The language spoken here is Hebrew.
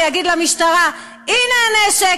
ויגיד למשטרה: הנה הנשק,